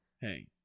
hey